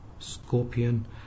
Scorpion